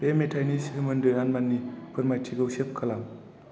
बे मेथाइनि सोमोन्दै आरमाननि फोरमायथिखौ सेभ खालाम